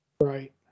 Right